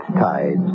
tides